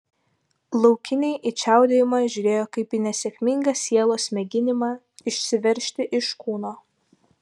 laukiniai į čiaudėjimą žiūrėjo kaip į nesėkmingą sielos mėginimą išsiveržti iš kūno